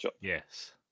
Yes